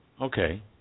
okay